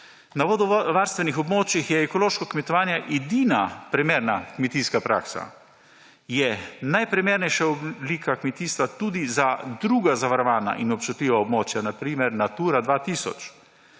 Na vodovarstvenih območjih je ekološko kmetovanje edina primerna kmetijska praksa. Je najprimernejša oblika kmetijstva tudi za druga zavarovana in občutljiva območja, na primer Natura 2000.